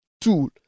tool